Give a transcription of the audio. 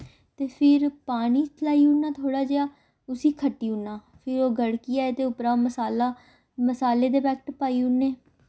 ते फिर पानी पाई ओड़ना थोह्ड़ा जेहा उसी खट्टी ओड़ना फिर ओह् गड़की जाए ते उप्परा मसाला मसाले दे पैक्ट पाई ओड़ने